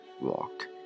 walked